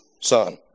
son